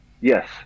Yes